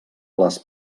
les